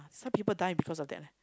some people die because of that leh